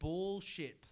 Bullshit